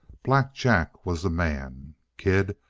black jack was the man. kid,